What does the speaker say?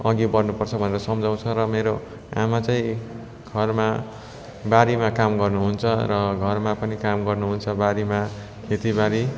अघि बढ्नु पर्छ भनेर सम्झाउँछ र मेरो आमा चाहिँ घरमा बारीमा काम गर्नुहुन्छ र घरमा पनि काम गर्नुहुन्छ र बारीमा खेती बारी